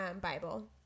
Bible